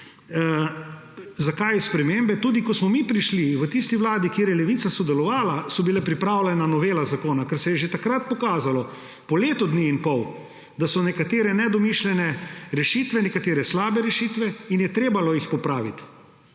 Zakaj spremembe? Tudi ko smo mi prišli, v tisti vladi, kjer je Levica sodelovala, je bila pripravljena novela zakona, ker se je že takrat pokazalo, po letu dni in pol, da so nekatere rešitve nedomišljene, nekatere rešitve slabe in jih je bilo treba popraviti.